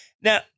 now